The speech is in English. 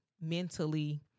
mentally